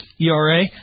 ERA